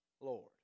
lord